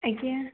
ଆଜ୍ଞା